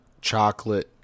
chocolate